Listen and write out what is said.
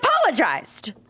apologized